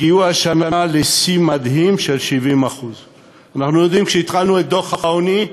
הגיעו השנה לשיא מדהים של 70%. אנחנו יודעים שכשהתחלנו את דוח העוני,